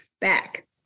back